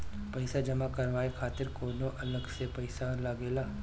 पईसा जमा करवाये खातिर कौनो अलग से पईसा लगेला?